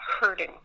hurting